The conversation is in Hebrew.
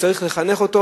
וצריך לחנך.